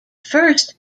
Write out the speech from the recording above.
first